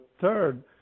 third